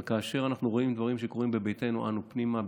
אבל כאשר אנחנו רואים דברים שקורים בביתנו אנו פנימה,